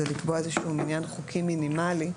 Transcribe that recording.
זה לקבוע איזשהו מניין חוקי מינימלי,